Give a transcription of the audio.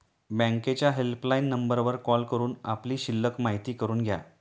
बँकेच्या हेल्पलाईन नंबरवर कॉल करून आपली शिल्लक माहिती करून घ्या